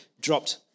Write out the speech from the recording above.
dropped